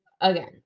again